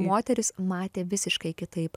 moteris matė visiškai kitaip